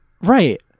Right